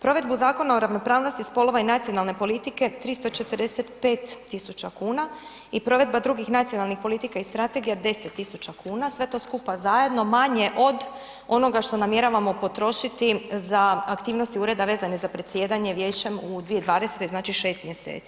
Provedbu Zakona o ravnopravnosti spolova i nacionalne politike 345 tisuća kuna i provedba drugih nacionalnih politika i strategija 10 tisuća kuna, sve to skupa zajedno manje od onoga što namjeravamo potrošiti za aktivnosti ureda vezane za predsjedanjem vijećem u 2020., znači 6 mjeseci.